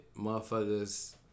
motherfuckers